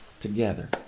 together